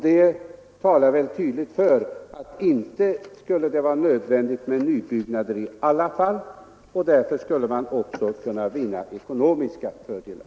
Det talar tydligt för att det inte skulle vara nödvändigt med nybyggnader i alla fall och att man därför också skulle kunna vinna ekonomiska fördelar.